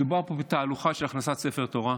מדובר פה בתהלוכה של הכנסת ספר תורה.